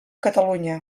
catalunya